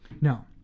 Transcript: No